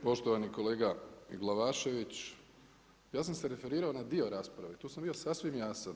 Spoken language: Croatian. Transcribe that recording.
Poštovani kolega Glavašević, ja sam se referirao na dio rasprave, tu sam bio sasvim jasan.